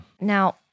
Now